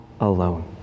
alone